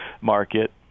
market